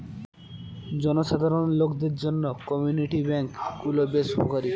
জনসাধারণ লোকদের জন্য কমিউনিটি ব্যাঙ্ক গুলো বেশ উপকারী